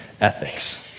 ethics